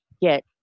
get